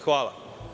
Hvala.